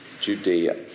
Judea